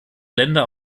länder